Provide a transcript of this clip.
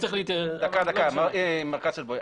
מר קצבוי,